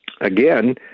Again